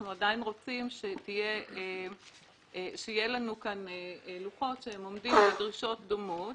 אנחנו עדיין רוצים שיהיו לנו לוחות שעומדים בדרישות דומות.